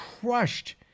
crushed